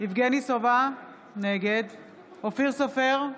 יבגני סובה, נגד אופיר סופר,